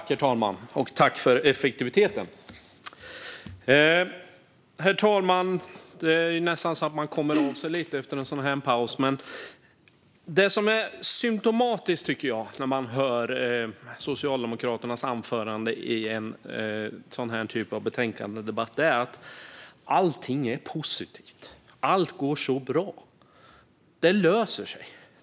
Herr talman! Man kommer nästan av sig lite efter en sådan här paus, herr talman. Men jag tycker att det är symtomatiskt för Socialdemokraternas anförande i en sådan här sorts betänkandedebatt att allting är positivt, att allt går så bra och att det löser sig.